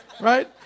Right